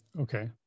Okay